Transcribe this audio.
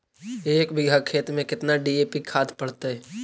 एक बिघा खेत में केतना डी.ए.पी खाद पड़तै?